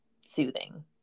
soothing